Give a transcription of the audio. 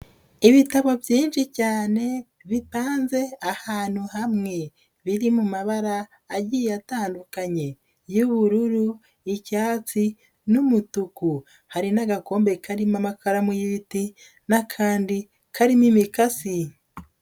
Ibitabo byinshi cyane bipanze ahantu hamwe biri mu mabara agiye atandukanye y'ubururu, icyatsi n'umutuku, hari n'agakombe karimo amakaramu y'ibiti n'akandi karimo imikasi.